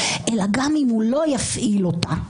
אלא גם אם הוא לא יפעיל אותה.